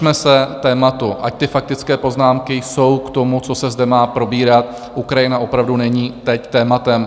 Držme se tématu, ať faktické poznámky jsou k tomu, co se zde má probírat, Ukrajina opravdu není teď tématem.